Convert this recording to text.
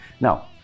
Now